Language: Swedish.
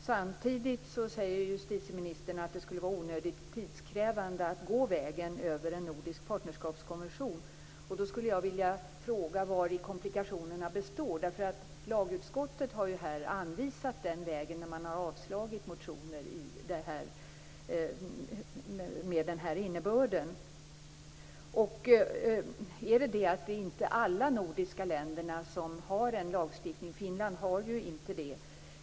Samtidigt säger justitieministern att det skulle vara onödigt tidskrävande att gå vägen över en nordisk partnerskapskonvention. Jag vill fråga vari komplikationerna består. Lagutskottet har ju anvisat den vägen när utskottet har avslagit motioner med denna innebörd. Beror det på att inte alla de nordiska länderna har en lagstiftning? Finland har ju inte det.